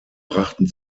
brachten